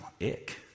Ick